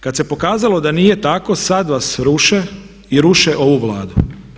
Kad se pokazalo da nije tako sad vas ruše i ruše ovu Vladu.